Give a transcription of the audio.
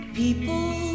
people